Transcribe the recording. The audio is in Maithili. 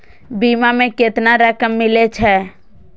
बीमा में केतना रकम मिले छै?